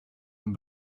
them